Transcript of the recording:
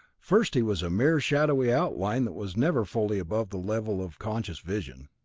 first he was a mere shadowy outline that was never fully above the level of conscious vision.